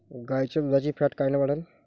गाईच्या दुधाची फॅट कायन वाढन?